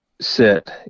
sit